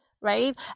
right